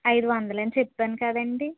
ఐదువందలని చెప్పాను కదండి